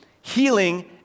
healing